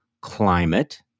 climate